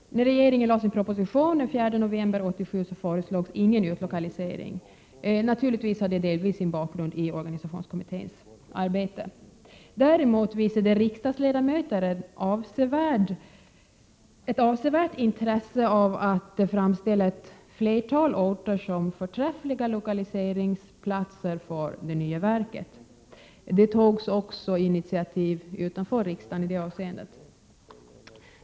När regeringen lade fram sin proposition den 4 november 1987 föreslogs ingen utlokalisering. Det hade naturligtvis delvis sin bakgrund i organisationskommitténs arbete. Riksdagens ledamöter visade däremot ett avsevärt intresse för att framställa ett flertal orter som förträffliga lokaliseringsplatser för det nya verket. Det togs också initiativ utanför riksdagen i det avseendet.